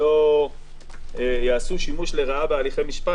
לא יעשו שימוש לרעה בהליכי הדין ובהליכי משפט,